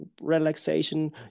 relaxation